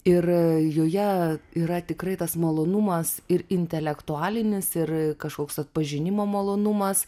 ir joje yra tikrai tas malonumas ir intelektualinis ir kažkoks atpažinimo malonumas